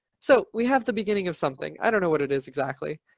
so we have the beginning of something. i don't know what it is exactly,